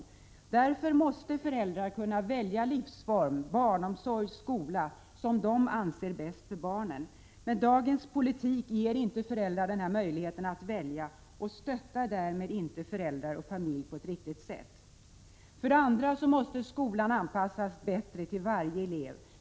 Föräldrar måste kunna välja livsform, de måste kunna välja den barnomsorg och skola — Prot. 1986/87:57 som de anser bäst för barnen. Dagens politik ger inte föräldrar möjlighet att = 21 januari 1987 välja och stöder därmed inte föräldrar och familjer på ett riktigt sätt. För det andra: Skolan måste anpassas bättre till varje elev.